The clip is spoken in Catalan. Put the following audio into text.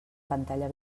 pantalla